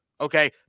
Okay